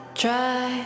try